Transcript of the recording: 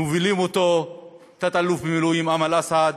מוביל אותו תת-אלוף במילואים אמל אסעד,